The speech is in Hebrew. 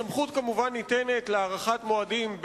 הסמכות להארכת מועדים,